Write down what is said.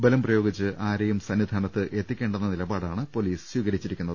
ബലം പ്രയോഗിച്ച് ആരെയും സന്നിധാനത്ത് എത്തിക്കേണ്ടെന്ന നിലപാടാണ് പൊലീസ് സ്വീകരിച്ചിരിക്കുന്നത്